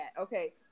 Okay